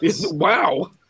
Wow